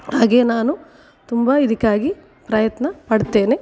ಹಾಗೇ ನಾನು ತುಂಬ ಇದಕ್ಕಾಗಿ ಪ್ರಯತ್ನಪಡ್ತೇನೆ